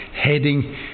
heading